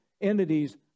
entities